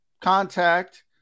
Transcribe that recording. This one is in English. contact